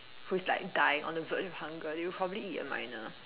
who is like dying on the verge of hunger you will probably eat a myna